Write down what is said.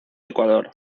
ecuador